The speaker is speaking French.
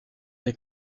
les